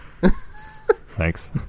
Thanks